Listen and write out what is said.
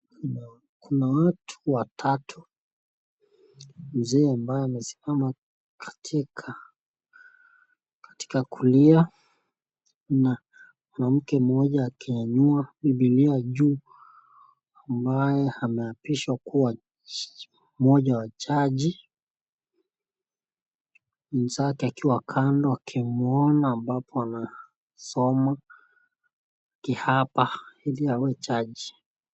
Kuna watu watatu, mzee ambaye amesimama katika kulia na mwanamke mmoja akiinua Biblia juu ambaye ameapishwa kuwa mmoja wa jaji. Mwenzake akiwa kando akimwona ambapo anasoma akiapa ili awe jaji.